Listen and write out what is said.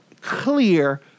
clear